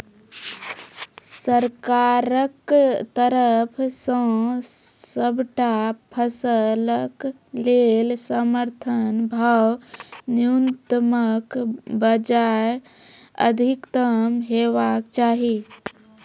सरकारक तरफ सॅ सबटा फसलक लेल समर्थन भाव न्यूनतमक बजाय अधिकतम हेवाक चाही?